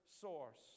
source